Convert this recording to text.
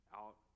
out